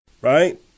right